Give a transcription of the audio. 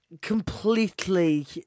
completely